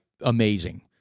amazing